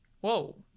Whoa